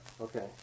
Okay